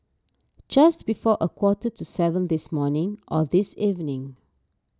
just before a quarter to seven this morning or this evening